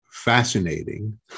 fascinating